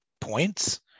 points